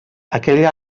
aquell